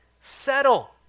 settle